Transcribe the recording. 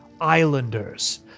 islanders